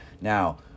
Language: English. Now